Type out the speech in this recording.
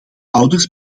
ouders